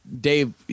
Dave